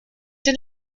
den